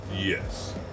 Yes